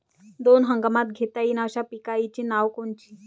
दोनी हंगामात घेता येईन अशा पिकाइची नावं कोनची?